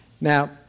Now